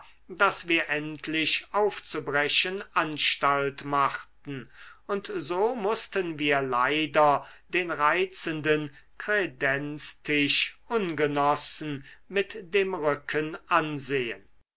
daß wir endlich aufzubrechen anstalt machten und so mußten wir leider den reizenden kredenztisch ungenossen mit dem rücken ansehen